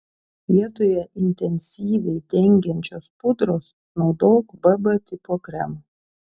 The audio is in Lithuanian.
vietoje intensyviai dengiančios pudros naudok bb tipo kremą